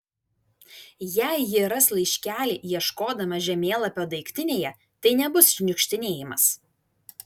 jei ji ras laiškelį ieškodama žemėlapio daiktinėje tai nebus šniukštinėjimas